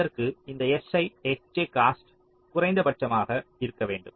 அதற்கு அந்த si sj cost குறைந்த பட்சமாக இருக்க வேண்டும்